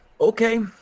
Okay